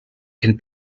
can